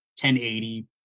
1080